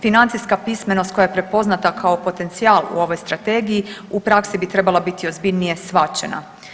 Financijska pismenost koja je prepoznata kao potencijal u ovoj strategiji u praksi bi trebala biti ozbiljnije shvaćena.